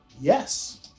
Yes